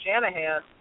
Shanahan